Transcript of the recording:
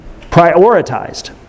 prioritized